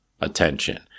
attention